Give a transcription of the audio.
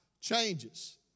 changes